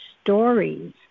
stories